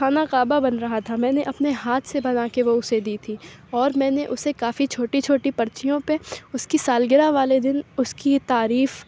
خانہ کعبہ بن رہا تھا میں نے اپنے ہاتھ سے بنا کے وہ اسے دی تھی اور میں نے اسے کافی چھوٹی چھوٹی پرچیوں پہ اس کی سالگرہ والے دن اس کی تعریف